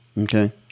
Okay